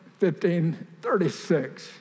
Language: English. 1536